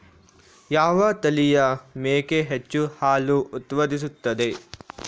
ಯಾವ ತಳಿಯ ಮೇಕೆ ಹೆಚ್ಚು ಹಾಲು ಉತ್ಪಾದಿಸುತ್ತದೆ?